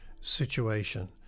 situation